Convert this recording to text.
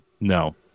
No